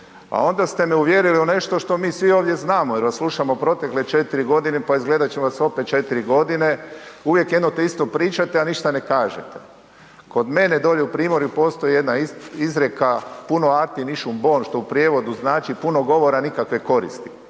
a onda ste me uvjerili u nešto što mi svi ovdje znamo jer vas slušamo protekle 4.g., pa izgleda da ćemo vas opet 4.g., uvijek jedno te isto pričate, a ništa ne kažete. Kod mene dolje u primorju postoji jedna izreka, puno akti niš u bon, što u prijevodu znači puno govora nikakve koristi,